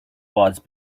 was